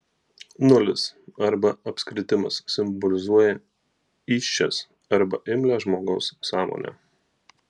nulis arba apskritimas simbolizuoja įsčias arba imlią žmogaus sąmonę